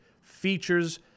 features